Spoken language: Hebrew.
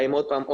האם עוד קיץ,